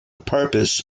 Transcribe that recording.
purpose